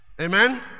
Amen